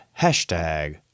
hashtag